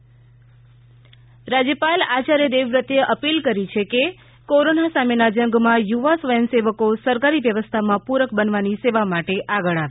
રાજયપાલની અપીલ રાજ્યપાલ આચાર્ય દેવવ્રતે અપીલ કરી છે કે કોરોના સામેના જંગમાં યુવા સ્વયંસેવકો સરકારી વ્યવસ્થામાં પૂરક બનવાની સેવા માટે આગળ આવે